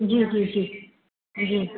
जी जी जी जी